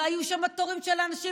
לא היו שם תורים של אנשים,